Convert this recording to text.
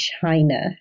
China